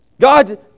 God